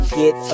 get